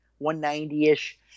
190-ish